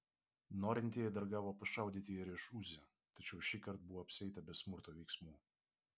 norintieji dar gavo pašaudyti ir iš uzi tačiau šįkart buvo apsieita be smurto veiksmų